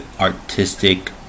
artistic